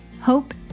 hope